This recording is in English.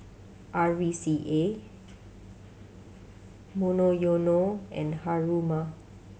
R V C A Monoyono and Haruma